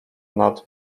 nad